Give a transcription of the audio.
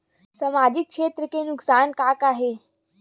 सामाजिक क्षेत्र के नुकसान का का हे?